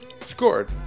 scored